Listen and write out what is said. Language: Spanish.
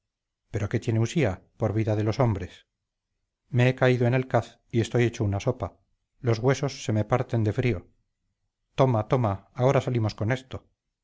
pero qué tiene usía por vida de los hombres me he caído en el caz y estoy hecho una sopa los huesos se me parten de frío toma toma ahora salimos con eso